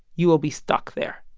you will be stuck there.